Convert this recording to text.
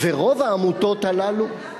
ורוב העמותות האלה למה